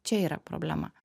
čia yra problema